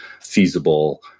feasible